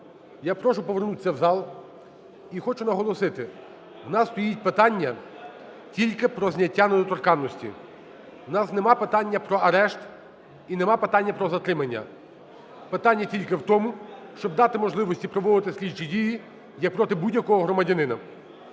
я прошу повернутися в зал і хочу наголосити, в нас стоїть питання тільки про зняття недоторканності. В нас нема питання про арешт і нема питання про затримання. Питання тільки в тому, щоб дати можливість проводити слідчі дії я проти будь-якого громадянина.